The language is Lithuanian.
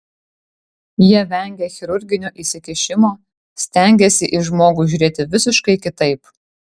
jie vengia chirurginio įsikišimo stengiasi į žmogų žiūrėti visiškai kitaip